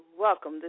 Welcome